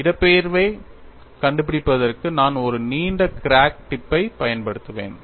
இடப்பெயர்வைக் கண்டுபிடிப்பதற்கு நான் ஒரு நீண்ட கிராக் டிப் பைப் பயன்படுத்துவேன்